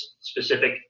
specific